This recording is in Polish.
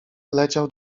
leciał